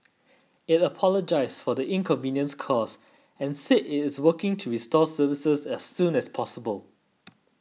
it apologised for the inconvenience caused and said it is working to restore services as soon as possible